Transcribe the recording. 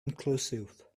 inclusive